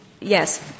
yes